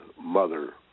mother